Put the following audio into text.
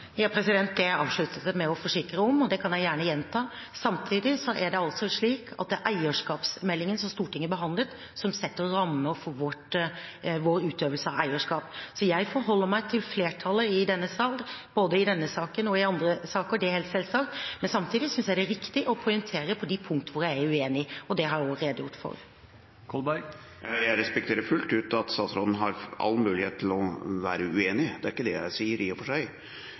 Det avsluttet jeg med å forsikre om, og det kan jeg gjerne gjenta. Samtidig er det altså slik at det er eierskapsmeldingen, som Stortinget behandlet, som setter rammer for vår utøvelse av eierskap. Så jeg forholder meg til flertallet i denne sal, både i denne saken og i andre saker, det er helt selvsagt, men samtidig synes jeg det er viktig å poengtere på de punkter hvor jeg er uenig, og det har jeg også redegjort for. Jeg respekterer fullt ut at statsråden har all mulighet til å være uenig – det er ikke det jeg sier, i og for seg